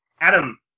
Adam